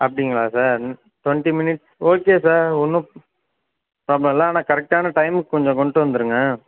அப்படிங்களா sir twenty minutes okay sir ஒன்றும் problem இல்லை ஆனால் கரெக்டான டைம்க்கு கொஞ்சம் கொண்டுட்டு வந்துருங்க